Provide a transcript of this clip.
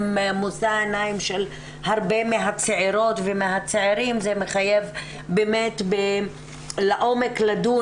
מושא עיניהם של הרבה מהצעירות והצעירים זה מחייב באמת לעומק לדון